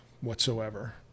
whatsoever